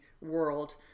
world